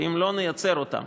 ואם לא נייצר אותן,